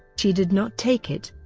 she did not take it.